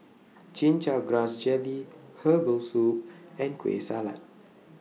Chin Chow Grass Jelly Herbal Soup and Kueh Salat